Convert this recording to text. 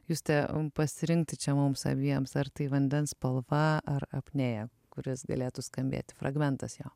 juste m pasirinkti čia mums abiems ar tai vandens spalva ar apnėja kuris galėtų skambėti fragmentas jo